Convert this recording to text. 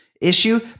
issue